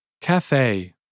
cafe